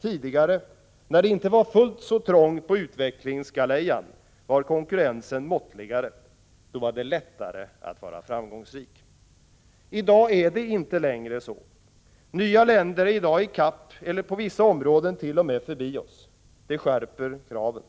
Tidigare — när det inte var fullt så trångt på utvecklingsgalejan — var konkurrensen måttligare. Då var det lättare att vara framgångsrik. I dag är det inte längre så. Nya länder är i dag i kapp eller på vissa områden t.o.m. förbi oss. Det skärper kraven.